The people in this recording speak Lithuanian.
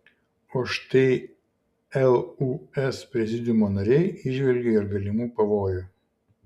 o štai lūs prezidiumo nariai įžvelgė ir galimų pavojų